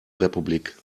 republik